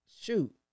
Shoot